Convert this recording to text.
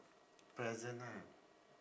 pleasant ha